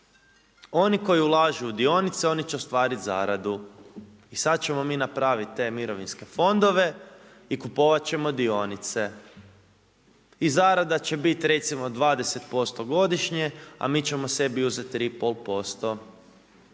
oni koji ulažu u dionice oni će ostvariti zaradu. I sada ćemo mi napraviti te mirovinske fondove i kupovati ćemo dionice i zarada će biti recimo 20% godišnje a mi ćemo sebi uzeti 3,5%.